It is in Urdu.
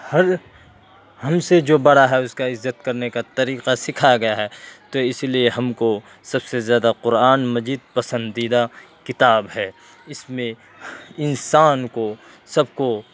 ہر ہم سے جو برا ہے اس کا عزت کرنے کا طریقہ سکھایا گیا ہے تو اسی لیے ہم کو سب سے زیادہ قرآن مجید پسندیدہ کتاب ہے اس میں انسان کو سب کو